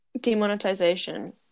Demonetization